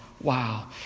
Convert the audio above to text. Wow